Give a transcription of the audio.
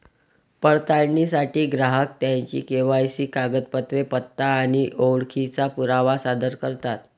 पडताळणीसाठी ग्राहक त्यांची के.वाय.सी कागदपत्रे, पत्ता आणि ओळखीचा पुरावा सादर करतात